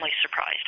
surprised